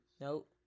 Nope